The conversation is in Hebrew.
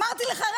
אמרתי לך,